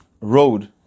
road